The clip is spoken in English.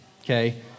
okay